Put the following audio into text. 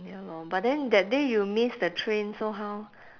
ya lor but then that day you miss the train so how